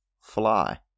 Fly